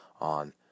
on